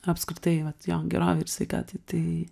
apskritai vat jo gerovei ir sveikatai tai